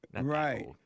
Right